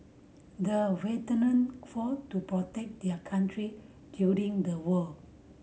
the veteran fought to protect their country during the war